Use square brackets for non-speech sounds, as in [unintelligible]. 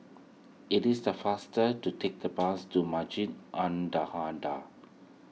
it is the faster to take the bus to Masjid An [unintelligible]